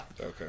Okay